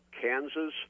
Kansas